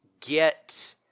get